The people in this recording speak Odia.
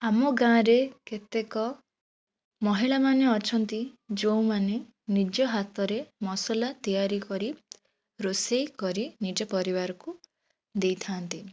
ଆମ ଗାଁରେ କେତେକ ମହିଳାମାନେ ଅଛନ୍ତି ଯେଉଁମାନେ ନିଜ ହାତରେ ମସଲା ତିଆରି କରି ରୋଷେଇ କରି ନିଜ ପରିବାରକୁ ଦେଇଥାନ୍ତି